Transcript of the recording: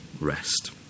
rest